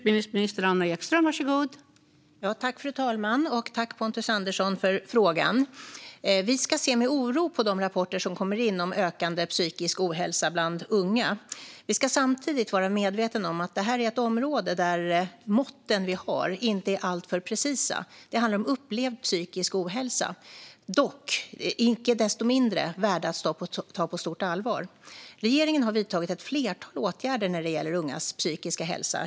Fru talman! Tack, Pontus Andersson, för frågan! Vi ska se med oro på de rapporter som kommer in om ökande psykisk ohälsa bland unga. Vi ska samtidigt vara medvetna om att det här är ett område där måtten vi har inte är alltför precisa - det handlar om upplevd psykisk ohälsa. Icke desto mindre är de värda att ta på stort allvar. Regeringen har vidtagit ett flertal åtgärder när det gäller ungas psykiska hälsa.